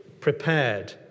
prepared